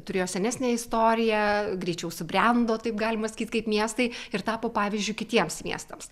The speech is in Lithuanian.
turėjo senesnę istoriją greičiau subrendo taip galima sakyt kaip miestai ir tapo pavyzdžiu kitiems miestams